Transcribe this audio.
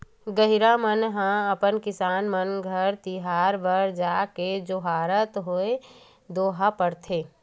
गहिरा मन ह अपन किसान मन घर तिहार बार म जाके जोहारत होय दोहा पारथे